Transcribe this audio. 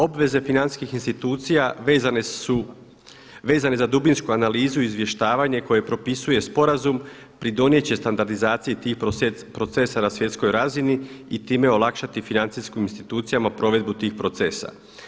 Obveze financijskih institucija vezane za dubinsku analizu i izvještavanje koje propisuje sporazum pridonijeti će standardizaciji tih procesa na svjetskoj razini i time olakšati financijskim institucijama provedbu tih procesa.